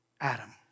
Adam